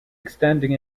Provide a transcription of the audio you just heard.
extending